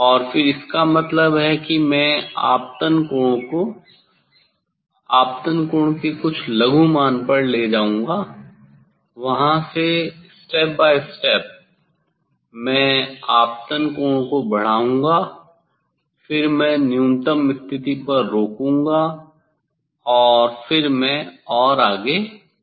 और फिर इसका मतलब है कि मैं आपतन कोण को आपतन कोण के कुछ लघु मान पर ले जाऊंगा वहां से स्टेप बाई स्टेप मैं आपतन कोण को बढ़ाऊंगा फिर मैं न्यूनतम स्थिति पर रोकूंगा और फिर मैं और आगे बढ़ूंगा